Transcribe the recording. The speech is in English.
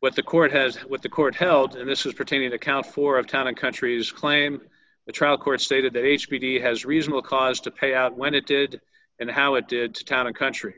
what the court has what the court held and this is pertaining to count four of kind of countries claim the trial court stated that h p t has reasonable cause to pay out when it did and how it did to town and country